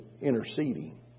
interceding